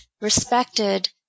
respected